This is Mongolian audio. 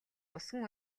усан